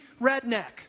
redneck